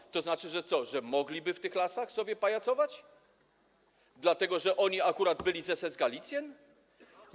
Czy to znaczy, że oni mogliby w tych lasach sobie pajacować, dlatego że oni akurat byli z SS Galizien?